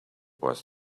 was